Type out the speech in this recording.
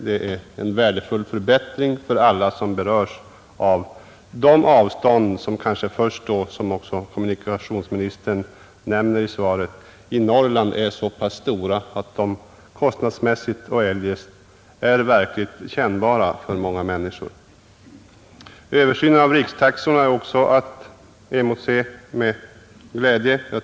Det är en värdefull förbättring för alla som berörs av de avstånd, vilka — som kommunikationsministern nämnde i svaret — i Norrland är så pass stora att de kostnadsmässigt och även i andra avseenden är verkligt kännbara för många människor. Översynen av rikstaxorna är också att emotse med glädje.